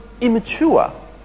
immature